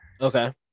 Okay